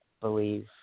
believe